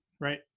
right